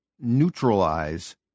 neutralize